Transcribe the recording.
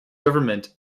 government